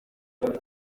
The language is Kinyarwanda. cyenda